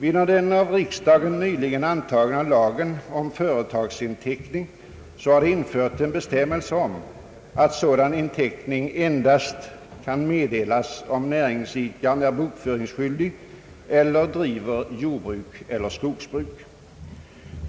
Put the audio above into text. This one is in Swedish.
I den av riksdagen nyligen antagna lagen om företagsinteckning har det införts en bestämmelse om att sådan inteckning endast kan meddelas om näringsidkaren är bokföringsskyldig eller driver jordbruk eller skogsbruk.